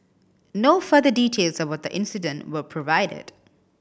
no further details about the incident were provided